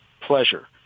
pleasure